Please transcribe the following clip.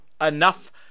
enough